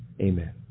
amen